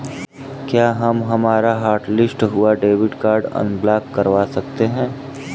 क्या हम हमारा हॉटलिस्ट हुआ डेबिट कार्ड अनब्लॉक करवा सकते हैं?